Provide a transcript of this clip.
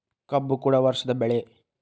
ಕಬ್ಬು ಕೂಡ ವರ್ಷದ ಬೆಳೆ